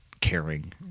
caring